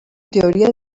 teoria